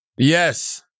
Yes